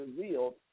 revealed